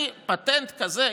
פטנט כזה.